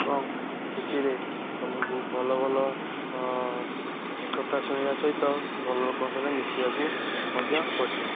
ଏବଂ ସେଥିରେ ତମକୁ ଭଲ ଭଲ କଥା ଶୁଣିବା ସହିତ ଭଲ ଲୋକଙ୍କ ସହିତ ମିଶିବାକୁ ମଧ୍ୟ ପଡ଼ିିଥାଏ